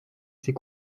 ces